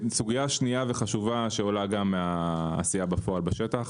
סוגיה שנייה וחשובה שעולה גם מהעשייה בשטח,